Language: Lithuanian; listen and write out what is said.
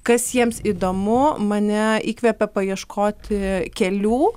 kas jiems įdomu mane įkvepia paieškoti kelių